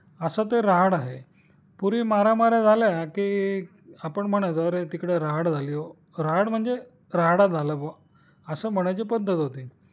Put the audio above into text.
असं ते राहाड आहे पूर्वी मारामाऱ्या झाल्या की आपण म्हणायचं अरे तिकडे राहाड झाली ओ रहाड म्हणजे राहाडा झाला बुवा असं म्हणायची पद्धत होती